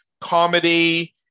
comedy